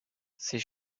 ses